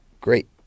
Great